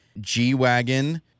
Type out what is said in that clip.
G-Wagon